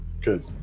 Good